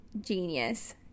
genius